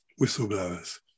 whistleblowers